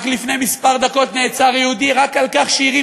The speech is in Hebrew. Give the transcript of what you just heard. רק לפני כמה דקות נעצר יהודי רק על כך שהרים